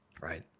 right